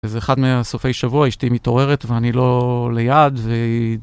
איזה אחד מהסופי שבוע אשתי מתעוררת ואני לא ליד והיא...